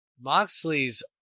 Moxley's